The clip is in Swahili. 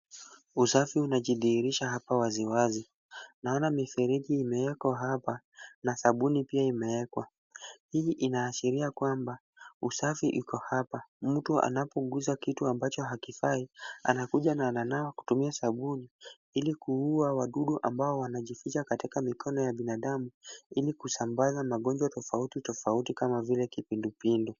Usafi unajidhihirisha hapa wazi wazi. Naona mifereji imewekwa hapa na sabuni pia imewekwa. Hii inaashiria kwamba usafi iko hapa. Mtu anapoguza kitu ambacho hakifai, anakuja na ananawa kutumia sabuni, ili kuua wadudu ambao wanajificha katika mikono ya binadamu, ili kusambaza magonjwa tofauti tofauti kama vile kipindu pindu.